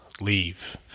leave